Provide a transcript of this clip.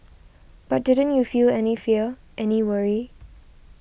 but didn't you feel any fear any worry